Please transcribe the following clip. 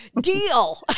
deal